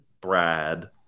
Brad